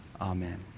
Amen